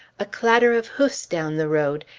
a clatter of hoofs down the road!